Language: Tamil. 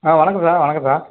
ஆ வணக்கம் சார் வணக்கம் சார்